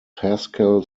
pascal